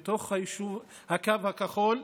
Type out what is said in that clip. ביישוב בתוך הקו הכחול,